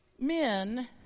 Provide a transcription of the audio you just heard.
men